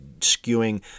skewing